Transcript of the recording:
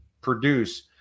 produce